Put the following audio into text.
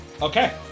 Okay